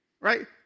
right